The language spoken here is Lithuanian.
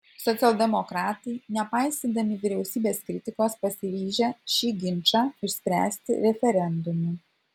socialdemokratai nepaisydami vyriausybės kritikos pasiryžę šį ginčą išspręsti referendumu